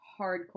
hardcore